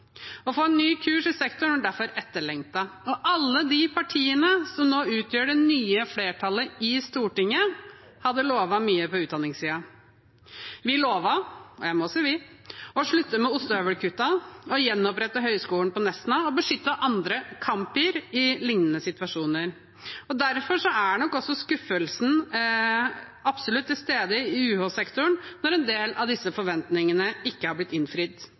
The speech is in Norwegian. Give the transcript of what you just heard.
en ny kurs i sektoren er derfor er etterlengtet. Og alle de partiene som nå utgjør det nye flertallet i Stortinget, hadde lovet mye på utdanningssiden. Vi lovet – og jeg må si vi – å slutte med ostehøvelkuttene, gjenopprette høyskolen på Nesna og beskytte andre campuser i liknende situasjoner. Derfor er nok også skuffelsen absolutt til stede i UH-sektoren når en del av disse forventningene ikke er blitt innfridd.